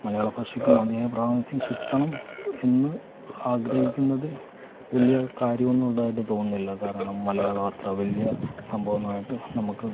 മലയാള ഭാഷയ്ക്ക് മതിയായ പ്രാതിനിധ്യം കിട്ടണം എന്ന് ആഗ്രഹിക്കുന്നതിൽ വലിയ കാര്യം ഒന്നും ഉണ്ടായിട്ട് തോന്നുന്നില്ല കാരണം മലയാളം അത്ര വലിയ സംഭവമായിട്ട് നമുക്ക്